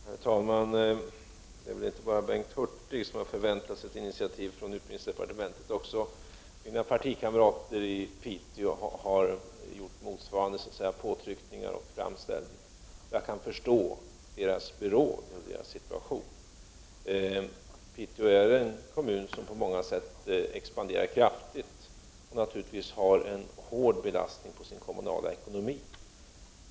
Herr talman! Det är inte bara Bengt Hurtig som har förväntat sig ett initiativ från utbildningsdepartementet. Också mina partikamrater i Piteå har gjort motsvarande påtryckningar och framställningar. Jag kan förstå deras beråd och deras situation. Piteå är en kommun som på många sätt har expanderat kraftigt och naturligtvis har en hård belastning på sin kommunala ekonomi.